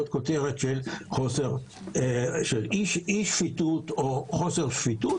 כותרת של אי שפיטות או חוסר שפיטות.